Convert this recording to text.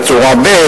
בצורה ב',